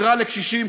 בעזרה לקשישים,